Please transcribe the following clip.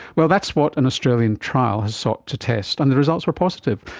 well, that's what an australian trial has sought to test, and the results were positive.